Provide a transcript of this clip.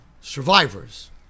survivors